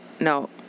no